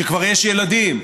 כשכבר יש ילדים,